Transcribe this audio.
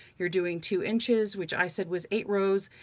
you're doing two inches, which i said was eight rows.